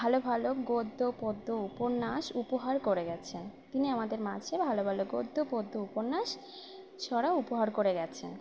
ভালো ভালো গদ্য পদ্য উপন্যাস উপহার করে গিয়েছেন তিনি আমাদের মাছে ভালো ভালো গদ্য পদ্য উপন্যাস ছড়া উপহার করে গিয়েছেন